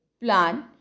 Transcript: plan